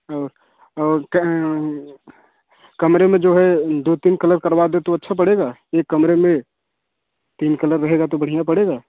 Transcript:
और और कह कमरे में है जो दो तीन कलर करवा दे तो अच्छा पड़ेगा एक कमरे में तीन कलर रहेगा तो बढ़िया पड़ेगा